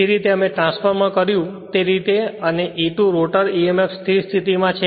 જે રીતે અમે ટ્રાન્સફોર્મર કર્યું તે રીતે અને E2 રોટર emf સ્થિર સ્થિતિ માં છે